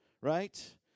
right